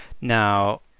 Now